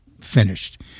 finished